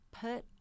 Put